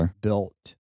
built